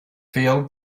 failed